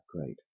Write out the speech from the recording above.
great